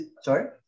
Sorry